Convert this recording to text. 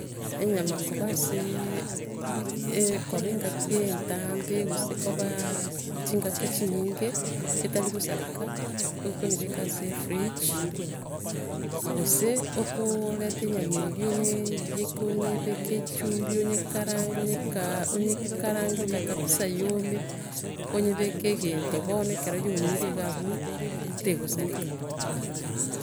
Enyama koba ase e- koba engaki entambe gosa kobaa chingaki chinyinge, etari gosareka, iga okonyebeka ase efridge gose, okooreta enyama eria oyeiyeke onyebeke echumbi, onyekarange, onyekarange buya kabisa yiome, enyebeke egento bono, ekero yiomire iga abwo, tegosareka.